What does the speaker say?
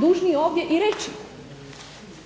dužni ovdje i reći.